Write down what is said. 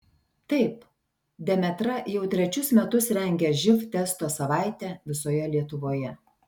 taip demetra jau trečius metus rengia živ testo savaitę visoje lietuvoje